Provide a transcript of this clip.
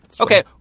Okay